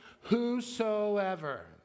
whosoever